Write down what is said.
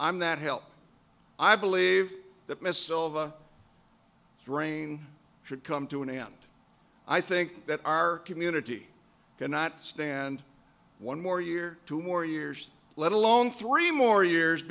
i'm that help i believe that miss silva drain should come to an end i think that our community cannot stand one more year two more years let alone three more years